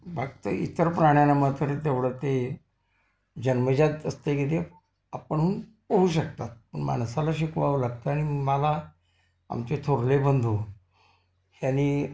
फक्त इतर प्राण्याना मात्र तेवढं ते जन्मजात असतं आहे की ते आपणहून पोहू शकतात पण माणसाला शिकवावं लागतं आणि मला आमचे थोरले बंधू ह्यानी